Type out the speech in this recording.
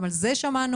גם על זה שמענו.